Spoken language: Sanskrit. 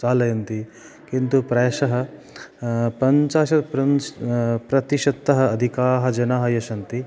चालयन्ति किन्तु प्रायशः पञ्चाशत् प्रन् प्रतिशततः अधिकाः जनाः ये सन्ति